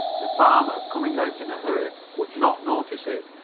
the farmer, coming out in a hurry, would not notice it,